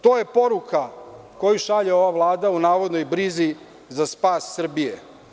To je poruka koju šalje ova vlada u navodnoj brizi za spas Srbije.